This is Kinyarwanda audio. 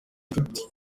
inshuti